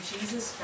Jesus